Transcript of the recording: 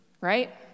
right